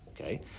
Okay